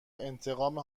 انتقام